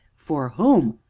for whom?